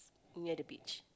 near the beach